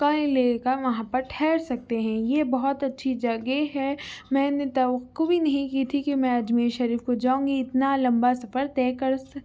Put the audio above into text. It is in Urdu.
کوئن لیک ہے وہاں پر ٹھہر سکتے ہیں یہ بہت اچّھی جگہ ہے میں نے توقع بھی نہیں کی تھی کہ میں اجمیر شریف کو جاؤں گی اتنا لمبا سفر طے کر سکی